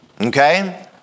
Okay